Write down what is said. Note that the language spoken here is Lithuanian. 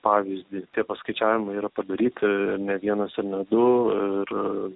pavyzdį tie paskaičiavimai yra padaryti ne vienas ir ne du ir